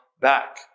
back